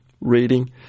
reading